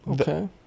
Okay